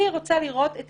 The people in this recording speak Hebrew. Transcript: אני רוצה לראות את